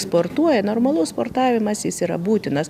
sportuoja normalus sportavimas jis yra būtinas